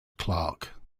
clerk